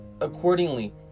accordingly